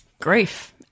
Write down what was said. Grief